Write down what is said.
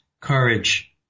courage